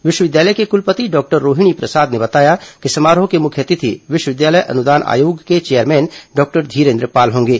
विश्वविद्यालय के कुलपति डॉक्टर रोहिणी प्रसाद ने बताया कि समारोह के मुख्य अतिथि विश्वविद्यालय अनुदान आयोग के चेयरमैन डॉक्टर धीरेन्द्र पाल होंगे